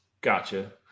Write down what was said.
Gotcha